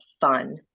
fun